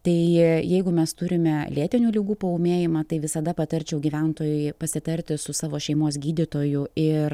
tai jeigu mes turime lėtinių ligų paūmėjimą tai visada patarčiau gyventojui pasitarti su savo šeimos gydytoju ir